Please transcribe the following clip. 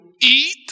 eat